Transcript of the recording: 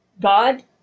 God